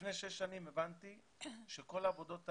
לפני שש שנים הבנתי שכל העבודות האלה,